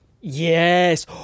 Yes